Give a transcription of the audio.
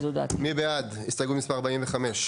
מי בעד הסתייגות מספר 45?